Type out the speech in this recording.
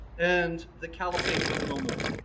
and the caliphate was no more.